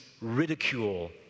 ridicule